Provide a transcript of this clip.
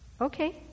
Okay